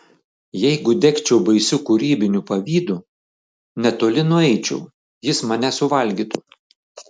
jeigu degčiau baisiu kūrybiniu pavydu netoli nueičiau jis mane suvalgytų